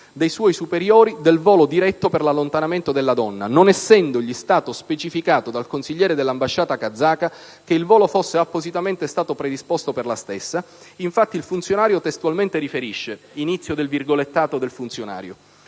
dei suoi superiori del volo diretto per l'allontanamento della donna, non essendogli stato specificato dal consigliere dell'ambasciata kazaka che il volo fosse appositamente stato predisposto per la stessa. Infatti il funzionario testualmente riferisce:», inizio a leggere il virgolettato del funzionario,